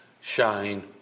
shine